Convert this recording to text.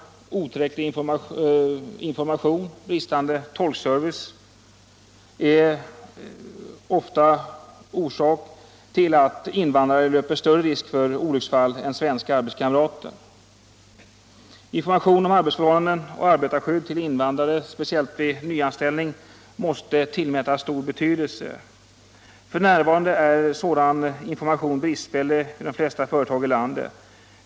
otillräcklig informa . tion och bristande tolkservice är ofta orsak till att invandrare löper större risk för olycksfall än svenska arbetskamrater. Information om arbetsförhållanden och arbetarskydd till invandrare, speciellt vid nyanställning, måste tillmätas stor betydelse. F. n. är den informationen bristfällig vid de flesta företag i landet.